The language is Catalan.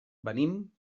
venim